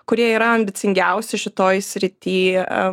kurie yra ambicingiausi šitoj srity